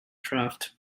draft